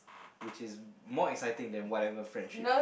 which is more exciting that whatever friendship